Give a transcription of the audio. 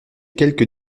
quelque